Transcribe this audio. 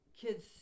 kids